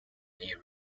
area